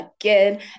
again